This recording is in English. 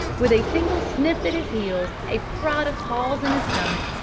with a single sniff at his heels, a prod of paws in his stomach,